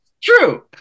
True